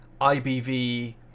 IBV